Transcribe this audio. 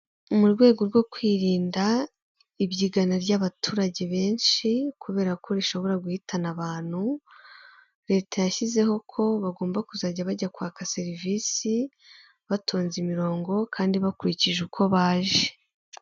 Mu rwego rwo kwirinda ibyigana ry'abaturage benshi kubera ko rishobora guhitana abantu, leta yashyizeho ko bagomba kuzajya bajya kwaka serivisi batonze imirongo kandi bakurikije uko baje.